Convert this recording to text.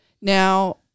Now